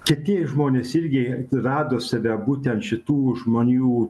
kiti žmonės irgi rado save būtent šitų žmonių